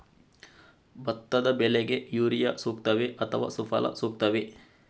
ಭತ್ತದ ಬೆಳೆಗೆ ಯೂರಿಯಾ ಸೂಕ್ತವೇ ಅಥವಾ ಸುಫಲ ಸೂಕ್ತವೇ?